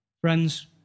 friends